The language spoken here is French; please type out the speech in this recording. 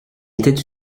était